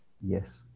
Yes